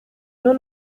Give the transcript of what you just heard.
nur